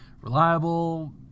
reliable